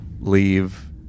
leave